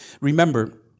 remember